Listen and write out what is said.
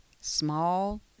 small